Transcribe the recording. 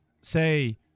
say